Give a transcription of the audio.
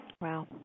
Wow